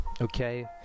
Okay